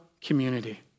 community